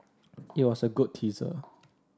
it was a good teaser